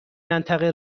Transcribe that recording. منطقه